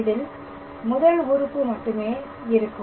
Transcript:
இதில் முதல் உறுப்பு மட்டுமே இருக்கும்